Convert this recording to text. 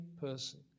person